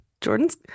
Jordan's